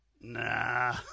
Nah